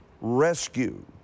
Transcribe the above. Rescue